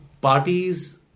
parties